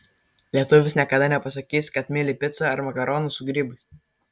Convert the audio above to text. lietuvis niekada nepasakys kad myli picą ar makaronus su grybais